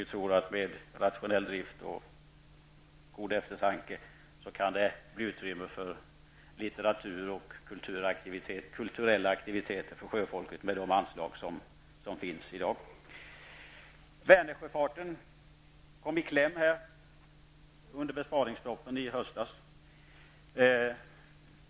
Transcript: Vi tror att det med rationell drift och god eftertanke kan bli utrymme för litteratur och kulturella aktiviteter för sjöfolket med de anslag som finns i dag. Vänersjöfarten kom i kläm i samband med besparingspropositionen i höstas.